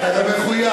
אתה גם מחויב,